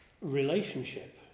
relationship